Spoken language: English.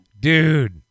dude